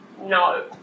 No